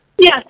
Yes